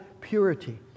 purity